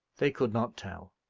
they could not tell.